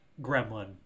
gremlin